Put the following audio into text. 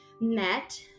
met